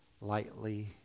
lightly